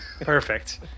Perfect